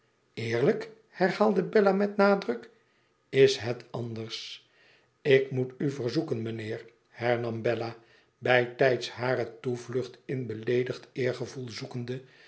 eerlijk herhaalde bella met nadruk lis het anders ik moet u verzoeken mijnheer hernam bella bijtijds hare toevlucht in beleedigd eergevoel zoekende